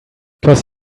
cause